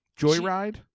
joyride